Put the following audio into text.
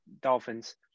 Dolphins